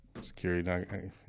Security